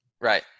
Right